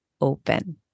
open